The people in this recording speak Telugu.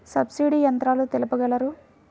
సబ్సిడీ యంత్రాలు తెలుపగలరు?